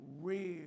real